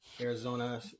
Arizona